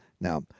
Now